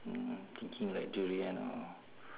thinking like durian or